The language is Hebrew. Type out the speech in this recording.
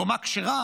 קומה כשרה,